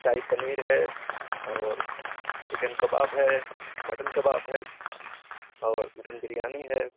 شاہی پنیر ہے اور چکن کباب ہے مٹن کباب ہے اور مٹن بریانی ہے